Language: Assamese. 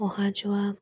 অহা যোৱা